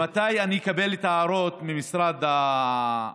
מתי שאני אקבל את ההערות ממשרד התחבורה.